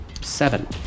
seven